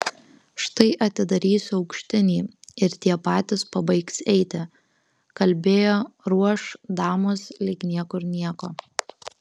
štai atidarysiu aukštinį ir tie patys pabaigs eiti kalbėjo ruoš damos lyg niekur nieko